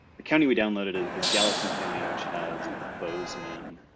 the county we downloaded is gallatin county, which has bozeman.